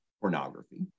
pornography